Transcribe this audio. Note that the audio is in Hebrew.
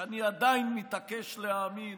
ואני עדיין מתעקש להאמין,